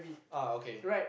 ah okay